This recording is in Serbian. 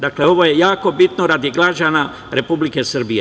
Dakle, ovo je jako bitno radi građana Republike Srbije.